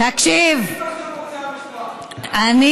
תחשבי לפני שאת מוציאה משפט.